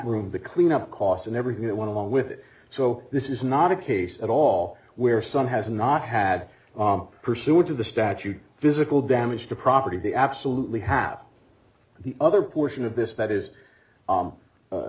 room the cleanup cost and everything that went along with it so this is not a case at all where some has not had pursued to the statute physical damage to property they absolutely have the other portion of this that is